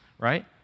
Right